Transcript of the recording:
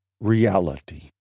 reality